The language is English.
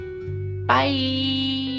Bye